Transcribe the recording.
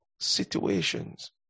situations